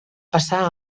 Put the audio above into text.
passar